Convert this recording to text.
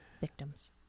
Victims